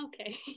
Okay